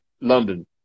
London